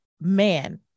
man